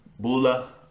Bula